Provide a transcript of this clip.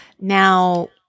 Now